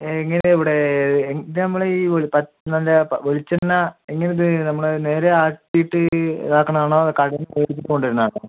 ഞാൻ ഇങ്ങനെ ഇവിടെ ഇത് നമ്മള ഈ നല്ല വെളിച്ചെണ്ണ എങ്ങന ഇത് നമ്മള് നേര ആട്ടീട്ട് ഇത് ആക്കണത് ആണോ കടയിൽ പോയി കൊണ്ടുവരുന്നത് ആണോ